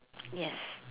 yes